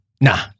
Nah